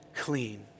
clean